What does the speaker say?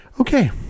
Okay